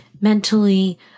mentally